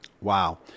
Wow